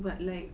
but like